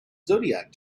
zodiac